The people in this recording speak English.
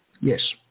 Yes